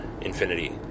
Infinity